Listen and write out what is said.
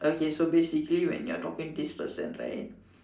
okay so basically when you are talking this person right